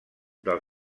del